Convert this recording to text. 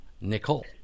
Nicole